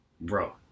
Bro